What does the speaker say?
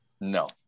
No